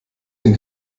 den